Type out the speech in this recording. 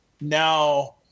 now